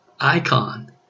icon